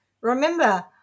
remember